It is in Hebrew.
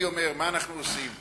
מה אנחנו עושים?